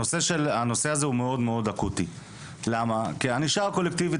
הנושא הזה הוא מאוד אקוטי כי ענישה קולקטיבית,